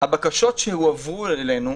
הבקשות שהועברו אלינו,